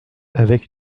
avec